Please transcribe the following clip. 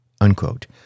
Unquote